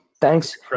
Thanks